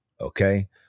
Okay